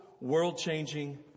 world-changing